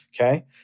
Okay